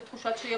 של תחושת שייכות,